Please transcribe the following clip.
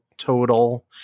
total